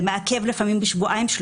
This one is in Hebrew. לפעמים זה מעכב בשבועיים-שלושה,